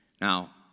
Now